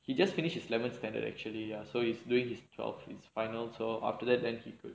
he just finished his eleventh standard actually ya so he's doing his twelve his final so after that then he do